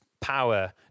power